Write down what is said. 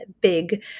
big